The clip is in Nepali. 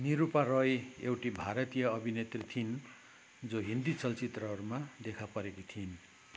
निरूपा रोय एउटी भारतीय अभिनेत्री थिइन् जो हिन्दी चलचित्रहरूमा देखा परेकी थिइन्